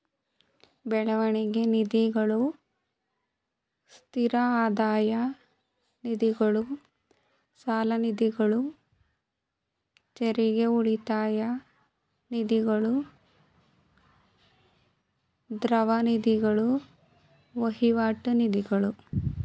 ಬೆಳವಣಿಗೆ ನಿಧಿಗಳು, ಸ್ಥಿರ ಆದಾಯ ನಿಧಿಗಳು, ಸಾಲನಿಧಿಗಳು, ತೆರಿಗೆ ಉಳಿತಾಯ ನಿಧಿಗಳು, ದ್ರವ ನಿಧಿಗಳು, ವಹಿವಾಟು ನಿಧಿಗಳು